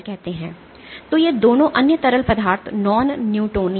तो ये दोनों अन्य तरल पदार्थ नॉन न्यूटोनियन हैं